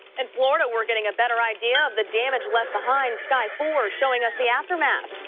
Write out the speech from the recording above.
and florida we're getting a better idea of the damage left behind. sky four showing us the aftermath.